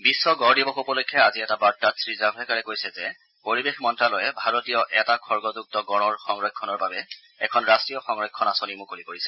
বিশ্ব গঁড দিৱস উপলক্ষে আজি এটা বাৰ্তাত শ্ৰী জাভড়েকাৰে কৈছে যে পৰিৱেশ মন্ত্যালয়ে ভাৰতীয় এটা খৰ্গযক্ত গঁড়ৰ সংৰক্ষণৰ বাবে এখন ৰাষ্টীয় সংৰক্ষণ আঁচনি মুকলি কৰিছে